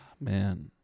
Man